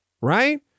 right